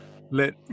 let